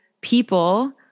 people